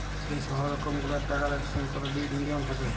যে সহব রকম গুলান টাকার একেসচেঞ্জ ক্যরার মিডিয়াম থ্যাকে